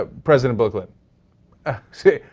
ah president booklet ah. say ah.